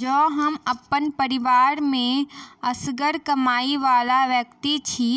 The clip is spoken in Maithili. जँ हम अप्पन परिवार मे असगर कमाई वला व्यक्ति छी